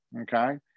Okay